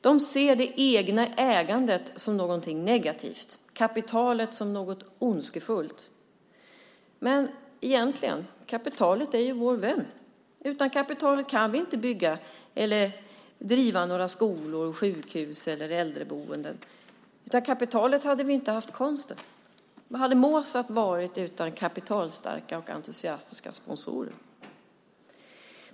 De ser det egna ägandet som något negativt och kapitalet som något ondskefullt. Men egentligen är ju kapitalet vår vän. Utan kapitalet kan vi inte bygga eller driva några skolor, sjukhus eller äldreboenden. Utan kapitalet hade vi inte haft konsten. Vad hade Mozart varit utan kapitalstarka och entusiastiska sponsorer?